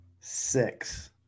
Six